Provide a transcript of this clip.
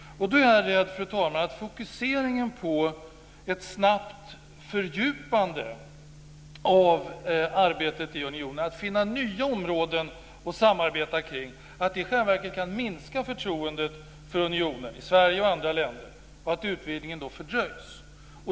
Och då är jag rädd för att fokuseringen på ett snabbt fördjupande av arbetet i unionen, att finna nya områden att samarbeta kring, i själva verket kan minska förtroendet för unionen i Sverige och i andra länder och att utvidgningen då fördröjs.